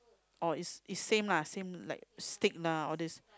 or is is same lah same like steak lah all this